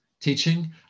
teaching